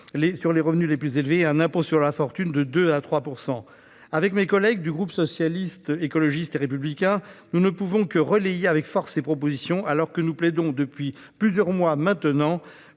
sur les revenus les plus élevés, ainsi qu'un impôt sur la fortune de 2 % à 3 %. Avec mes collègues du groupe Socialiste, Écologiste et Républicain, je ne puis que relayer avec force ces propositions alors que nous plaidons, depuis plusieurs mois maintenant,